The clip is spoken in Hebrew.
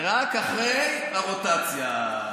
זה רק אחרי הרוטציה.